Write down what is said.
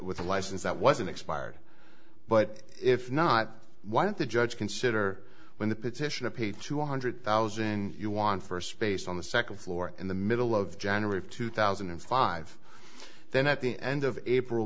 with a license that wasn't expired but if not why didn't the judge consider when the petitioner paid to one hundred thousand you won first based on the second floor in the middle of january of two thousand and five then at the end of april